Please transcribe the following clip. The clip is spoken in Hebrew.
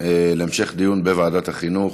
המשך דיון בוועדת החינוך.